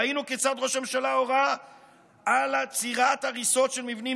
ראינו כיצד ראש הממשלה הורה על עצירת הריסות של מבנים